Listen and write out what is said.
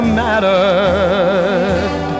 mattered